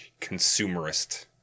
consumerist